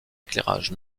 éclairage